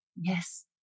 Yes